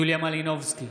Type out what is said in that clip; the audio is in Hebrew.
יוליה מלינובסקי,